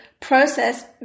process